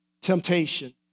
temptation